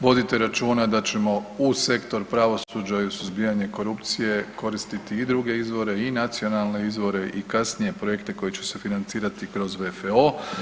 Vodite računa da ćemo u sektor pravosuđa i u sektor suzbijanja korupcije koristiti i druge izvore, i nacionalne izvore i kasnije projekte koji će se financirati kroz VFO.